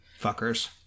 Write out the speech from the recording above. Fuckers